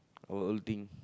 or outing